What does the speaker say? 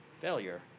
failure